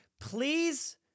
Please